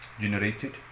generated